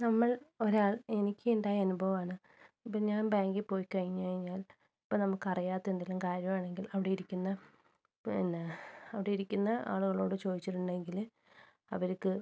നമ്മൾ ഒരാൾ എനിക്ക് ഉണ്ടായ അനുഭവമാണ് ഇപ്പം ഞാൻ ബാങ്കിൽ പോയി കഴിഞ്ഞ് കഴിഞ്ഞാൽ ഇപ്പം നമുക്ക് അറിയാത്ത എന്തേലും കാര്യവാണെങ്കിൽ അവിടെ ഇരിക്കുന്ന പിന്നെ അവിടെ ഇരിക്കുന്ന ആളുകളോട് ചോദിച്ചിട്ടുണ്ടെങ്കിൽ അവർക്ക്